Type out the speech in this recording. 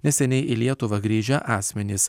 neseniai į lietuvą grįžę asmenys